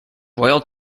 royal